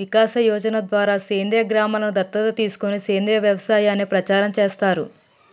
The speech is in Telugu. వికాస్ యోజన ద్వారా సేంద్రీయ గ్రామలను దత్తత తీసుకొని సేంద్రీయ వ్యవసాయాన్ని ప్రచారం చేస్తారు